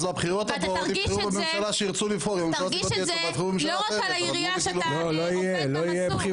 ואתה תרגיש את זה לא רק על העירייה שאתה עובד מסור בה.